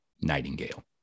Nightingale